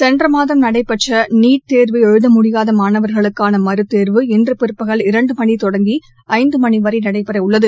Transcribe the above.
சென்ற மாதம் நடடபெற்ற நீட் தேர்வு எழுத முடியாத மாணவர்களுக்கான தேர்வு இன்று பிற்பகல் இரண்டு மணி தொடங்கி ஐந்து மணி வரை நடைபெறவுள்ளது